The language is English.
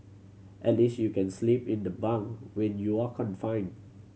at least you can sleep in the bunk when you're confined